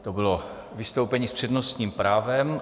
To bylo vystoupení s přednostním právem.